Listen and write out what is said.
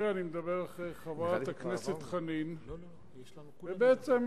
לחברת הכנסת חנין זועבי.